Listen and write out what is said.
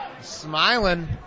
Smiling